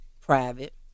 private